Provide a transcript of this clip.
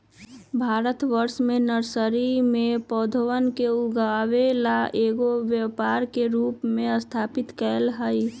भारतवर्ष में नर्सरी में पौधवन के उगावे ला एक व्यापार के रूप में स्थापित कार्य हई